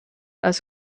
als